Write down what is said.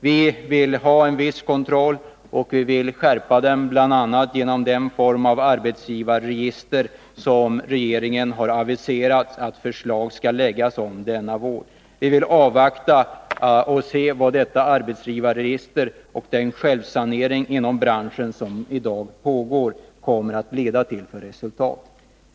Vi vill ha en viss kontroll, och vi vill skärpa den bl.a. genom den form av arbetsgivarregister som regeringen har aviserat att den skall lägga fram förslag om denna vår. Vi vill avvakta och se vad detta arbetsgivarregister och den självsanering inom branschen som i dag pågår kommer att leda till för resultat.